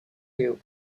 leave